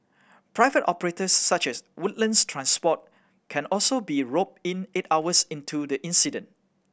private operators such as Woodlands Transport can also be roped in eight hours into the incident